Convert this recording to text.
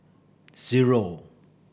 zero